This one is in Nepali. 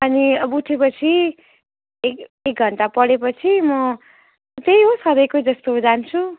अनि अब उठेपछि एक एक घन्टा पढेपछि म त्यही हो सधैँको जस्तो जान्छु